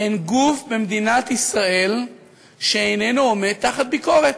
אין גוף במדינת ישראל שאינו עומד תחת ביקורת.